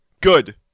Good